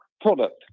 product